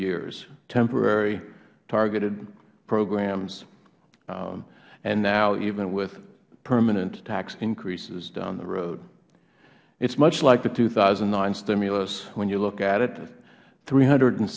years temporary targeted programs and now even with permanent tax increases down the road it is much like the two thousand and nine stimulus when you look at it three hundred and